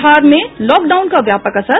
बिहार में लॉकडाउन का व्यापक असर